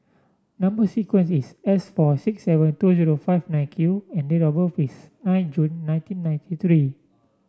number sequence is S four six seven two zero five nine Q and date of birth is nine June nineteen ninety three